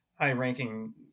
high-ranking